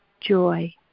joy